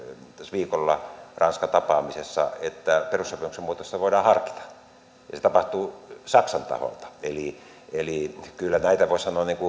viikolla ranska tapaamisessa että perussopimuksen muutosta voidaan harkita ja se tapahtui saksan taholta eli eli kyllä näitä voisi sanoa